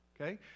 Okay